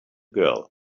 girl